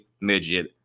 midget